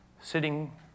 sitting